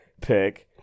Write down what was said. pick